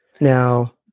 Now